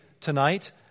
tonight